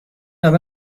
نامه